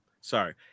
Sorry